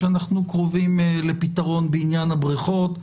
שאנחנו קרובים לפתרון בעניין הבריכות.